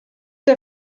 der